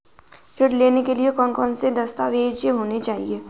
ऋण लेने के लिए कौन कौन से दस्तावेज होने चाहिए?